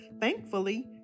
Thankfully